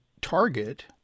target